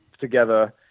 together